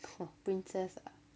!wah! princess ah